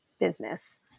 business